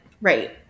right